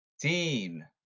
Team